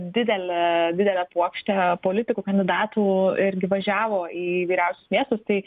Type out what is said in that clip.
didelė didelė puokštė politikų kandidatų irgi važiavo į įvairiausius miestus tai